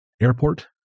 Airport